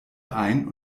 ein